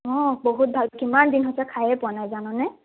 অঁ বহুত ভাল কিমান দিন হৈছে খাইয়ে পোৱা নাই জাননে